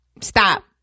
Stop